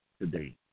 today